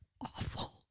awful